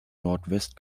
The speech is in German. nordwest